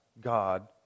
God